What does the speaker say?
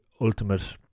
ultimate